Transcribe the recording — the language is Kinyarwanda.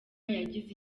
yagize